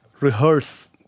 rehearse